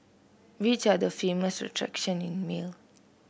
which are the famous attractions in Male